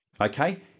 Okay